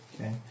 Okay